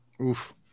Oof